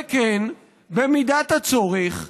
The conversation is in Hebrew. וכן, במידת הצורך,